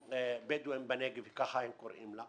לבדואים בנגב כפי שהיא נקראת.